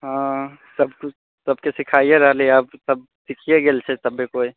हँ सभ किछु सभके सिखाइए रहली है सभ सिखिए गेल छै सभे कोइ